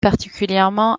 particulièrement